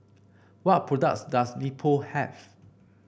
what products does Nepro have